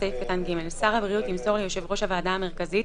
"(ג)שר הבריאות ימסור ליושב ראש הוועדה המרכזית,